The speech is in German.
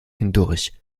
hindurch